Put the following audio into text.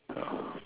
ya